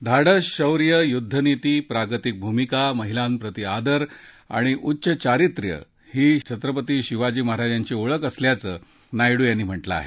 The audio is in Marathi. धाडस शौर्य युद्धनीती प्रागतिक भूमिका महिलांप्रती आदर आणि उच्च चारित्र्य ही छत्रपती शिवाजी महाराजांची ओळख असल्याचं नायडू यांनी म्हटलं आहे